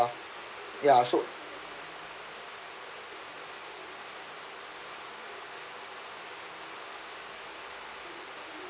ya so